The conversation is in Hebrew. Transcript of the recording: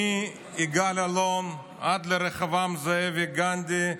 מיגאל אלון עד לרחבעם זאבי, גנדי,